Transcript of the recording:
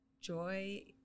joy